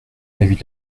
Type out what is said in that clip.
l’avis